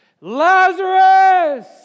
Lazarus